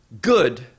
good